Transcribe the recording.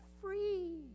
free